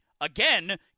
again